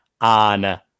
on